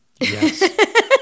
yes